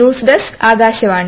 news desk Akashvani